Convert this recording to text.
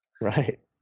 Right